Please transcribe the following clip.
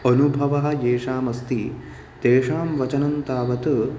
अनुभवः येषाम् अस्ति तेषां वचनं तावत्